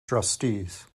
trustees